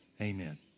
Amen